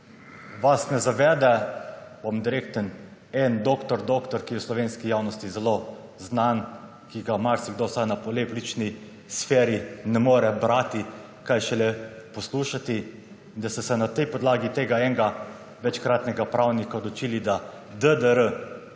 ne zavede – bom direkten – nek doktor doktor, ki je slovenski javnosti zelo znan, ki ga marsikdo, vsaj na politični sferi, ne more brati, kaj šele poslušati, da ste se na podlagi tega večkratnega pravnika odločili, da pa